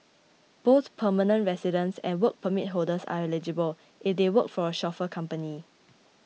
both permanent residents and Work Permit holders are eligible if they work for a chauffeur company